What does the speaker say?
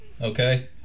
Okay